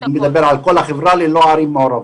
אני מדבר על כל החברה ללא ערים מעורבות.